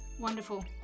wonderful